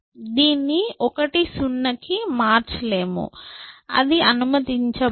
దీన్ని 1 0 కి మార్చలేము అది అనుమతించబడదు